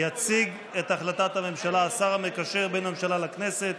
יציג את החלטת הממשלה השר המקשר בין הממשלה לכנסת